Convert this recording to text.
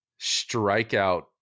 strikeout